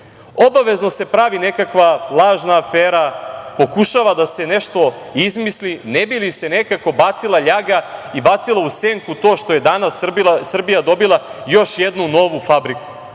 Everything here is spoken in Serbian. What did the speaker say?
Obavezno se pravi nekakva lažna afera, pokušava da se nešto izmisli ne bi li se nekako bacila ljaga i bacilo u senku to što je danas Srbija dobila još jednu novu fabriku.